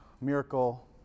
miracle